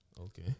Okay